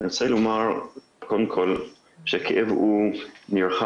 אנסה לומר קודם כל שהכאב הוא נרחב,